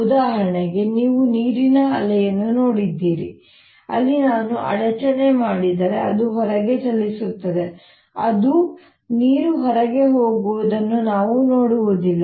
ಉದಾಹರಣೆಗೆ ನೀವು ನೀರಿನ ಅಲೆಗಳನ್ನು ನೋಡಿದ್ದೀರಿ ಅಲ್ಲಿ ನಾನು ಅಡಚಣೆ ಮಾಡಿದರೆ ಅದು ಹೊರಗೆ ಚಲಿಸುತ್ತದೆ ಆದರೆ ನೀರು ಹೊರಹೋಗುವುದನ್ನು ನಾವು ನೋಡುವುದಿಲ್ಲ